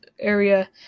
area